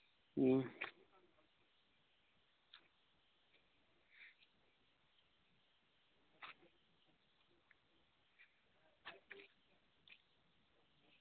ᱦᱩᱸ